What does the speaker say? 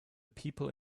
people